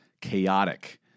chaotic